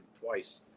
twice